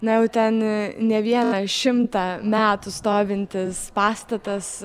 na jau ten ne vieną šimtą metų stovintis pastatas